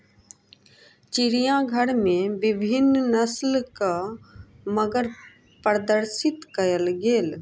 चिड़ियाघर में विभिन्न नस्लक मगर प्रदर्शित कयल गेल